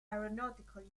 aeronautical